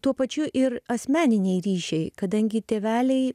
tuo pačiu ir asmeniniai ryšiai kadangi tėveliai